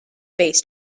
base